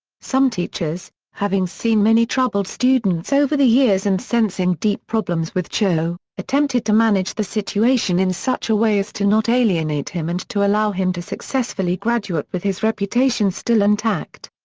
some teachers, having seen many troubled students over the years and sensing deep problems with cho, attempted to manage the situation in such a way as to not alienate him and to allow him to successfully graduate with his reputation still intact.